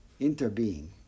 Interbeing